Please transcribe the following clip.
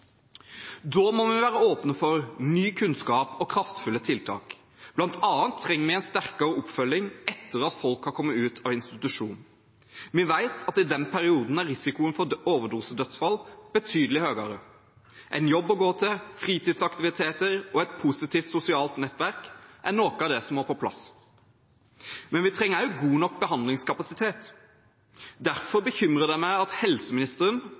Da må vi være åpne for ny kunnskap og kraftfulle tiltak. Blant annet trengs det en sterkere oppfølging etter at folk har kommet ut av institusjon. Vi vet at i den perioden er risikoen for overdosedødsfall betydelig høyere. En jobb å gå til, fritidsaktiviteter og et positivt sosialt nettverk er noe av det som må på plass. Men vi trenger også god nok behandlingskapasitet. Derfor bekymrer det meg at helseministeren